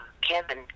Kevin